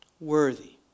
Worthy